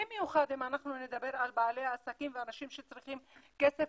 במיוחד אם נדבר על בעלי עסקים ואנשים שצריכים כסף